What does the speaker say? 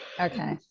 okay